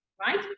right